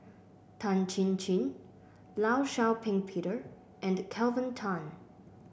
Tan Chin Chin Law Shau Ping Peter and Kelvin Tan